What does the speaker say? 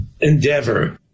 endeavor